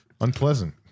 unpleasant